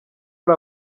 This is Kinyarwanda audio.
ari